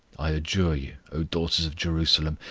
i adjure you, o daughters of jerusalem,